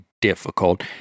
difficult